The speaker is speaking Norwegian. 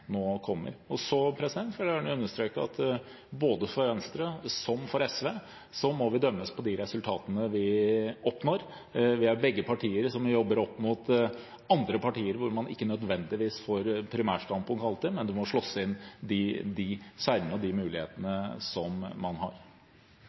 nå kommer. Så vil jeg gjerne understreke at for Venstre som for SV må vi dømmes på de resultatene vi oppnår. Det er begge partier som jobber opp mot andre partier, hvor man ikke nødvendigvis alltid får gjennomslag for sine primærstandpunkt, men en må slåss gjennom de